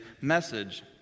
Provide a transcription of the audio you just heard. message